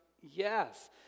yes